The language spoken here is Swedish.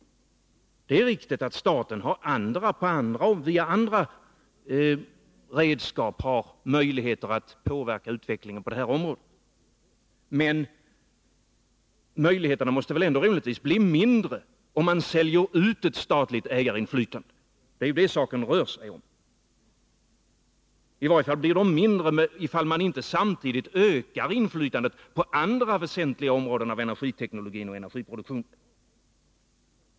Det är riktigt att staten via andra redskap har möjligheter att påverka utvecklingen på detta område, men möjligheterna måste väl rimligtvis bli mindre om man säljer ut ett statligt ägarinflytande — det är ju det saken rör sig om. I varje fall blir de mindre ifall man inte samtidigt ökar inflytandet på andra väsentliga delar av energiteknologin och energiproduktionen.